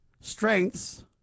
Strengths